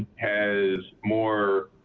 has more,